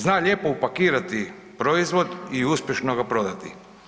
Zna lijepo upakirati proizvod i uspješno ga prodati.